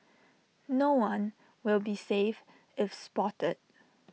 no one will be safe if spotted